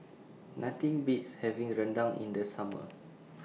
Nothing Beats having Rendang in The Summer